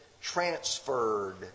transferred